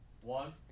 one